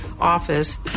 office